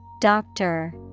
Doctor